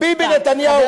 ביבי נתניהו,